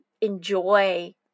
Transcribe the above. enjoy